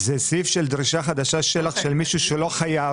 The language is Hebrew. אנחנו עוברים להצבעה על הרוויזיות ולאחר מכן לנושא של חוק יסוד: